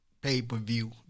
pay-per-view